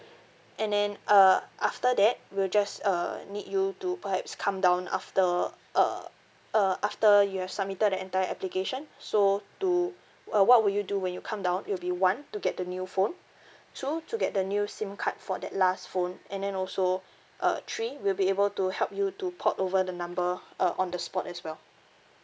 and then uh after that we'll just uh need you to perhaps come down after uh uh after you have submitted the entire application so to uh what would you do when you come down it'll be one to get the new phone two to get the new SIM card for that last phone and then also uh three we'll be able to help you to port over the number uh on the spot as well